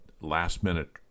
last-minute